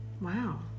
Wow